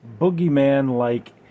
boogeyman-like